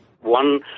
One